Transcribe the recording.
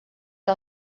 que